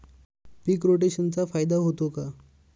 पीक रोटेशनचा फायदा होतो का?